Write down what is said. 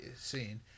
scene